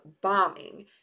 bombing